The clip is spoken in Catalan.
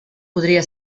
podria